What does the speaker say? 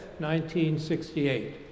1968